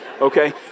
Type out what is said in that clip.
okay